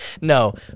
no